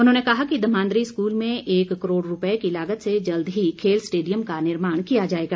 उन्होंने कहा कि धमान्दरी स्कूल में एक करोड़ रूपए की लागत से जल्द ही खेल स्टेडियम का निर्माण किया जाएगा